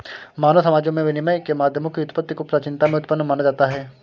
मानव समाजों में विनिमय के माध्यमों की उत्पत्ति को प्राचीनता में उत्पन्न माना जाता है